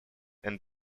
and